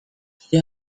zure